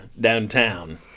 downtown